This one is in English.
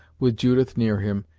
with judith near him,